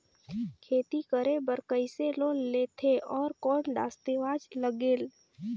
खेती करे बर कइसे लोन लेथे और कौन दस्तावेज लगेल?